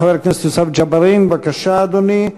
חבר הכנסת יוסף ג'בארין, בבקשה, אדוני,